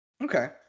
okay